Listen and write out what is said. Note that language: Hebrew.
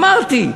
אמרתי.